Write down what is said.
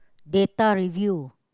data review